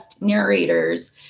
Narrators